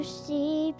see